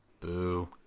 Boo